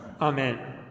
Amen